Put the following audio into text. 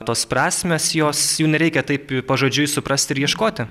tos prasmės jos jų nereikia taip pažodžiui suprasti ir ieškoti